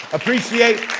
appreciate